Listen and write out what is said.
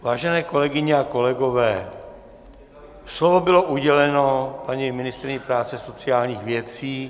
Vážené kolegyně a kolegové, slovo bylo uděleno paní ministryni práce a sociálních věcí.